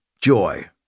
joy